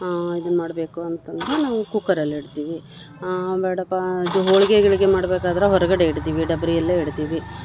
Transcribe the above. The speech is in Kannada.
ಇದು ಮಾಡಬೇಕು ಅಂತಂದ್ರೆ ನಾವು ಕುಕ್ಕರಲ್ಲಿ ಇಡ್ತೀವಿ ಬೇಡಪ್ಪ ಇದು ಹೋಳಿಗೆ ಗೀಳ್ಗೆ ಮಾಡ್ಬೇಕಾದ್ರೆ ಹೊರಗಡೆ ಇಡ್ತೀವಿ ಡಬ್ರಿಯಲ್ಲೆ ಇಡ್ತೀವಿ